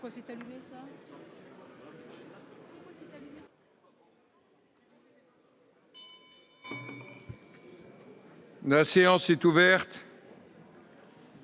La séance est ouverte.